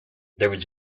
there